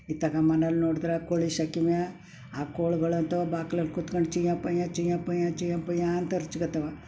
ಇತ್ತಾಗ ಮನೆಯಲ್ಲಿ ನೋಡ್ದ್ರೆ ಕೋಳಿ ಶೆಕಿಮ್ಯಾ ಆ ಕೋಳಿಗಳಂತೂ ಬಾಕ್ಲಲ್ಲಿ ಕೂತ್ಕೊಂಡು ಚಿಯ ಪಯ ಚಿಯ ಪಯ ಚಿಯ ಪಯಾ ಅಂತ ಅರಚ್ಕೊತ್ತವ